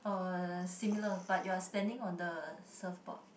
uh similar but you are standing on the surf board